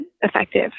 effective